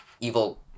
evil